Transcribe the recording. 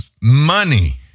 Money